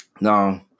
Now